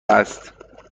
است